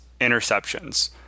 interceptions